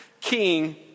king